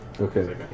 Okay